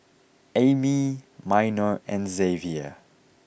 Amey Minor and Xavier